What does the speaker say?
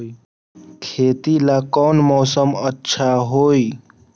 खेती ला कौन मौसम अच्छा होई?